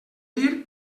dir